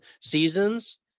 seasons